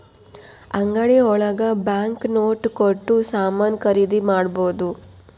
ಅಂಗಡಿ ಒಳಗ bank note ಕೊಟ್ಟು ಸಾಮಾನ್ ಖರೀದಿ ಮಾಡ್ಬೋದು